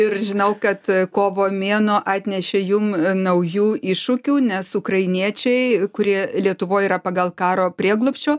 ir žinau kad a kovo mėnuo atnešė jum a naujų iššūkių nes ukrainiečiai kurie lietuvoj yra pagal karo prieglobsčio